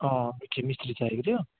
अँ मिस्त्री चाहिएको थियो